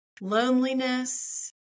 loneliness